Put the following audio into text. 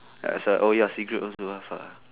that's why oh ya cigarette also oh fuck